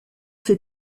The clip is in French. ses